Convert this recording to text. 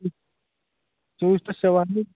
चोवीस तास सेवा आहे